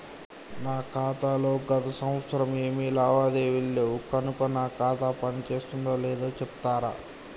నా ఖాతా లో గత సంవత్సరం ఏమి లావాదేవీలు లేవు కనుక నా ఖాతా పని చేస్తుందో లేదో చెప్తరా?